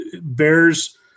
bears